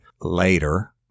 later